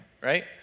right